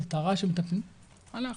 ראה מקרה, ראה שמטפלים - הלך.